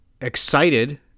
excited